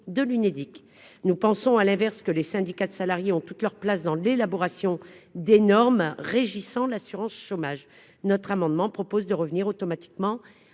de l'Unédic, nous pensons à l'inverse, que les syndicats de salariés ont toute leur place dans l'élaboration des normes régissant l'assurance-chômage, notre amendement propose de revenir automatiquement